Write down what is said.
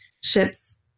ships